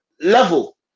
level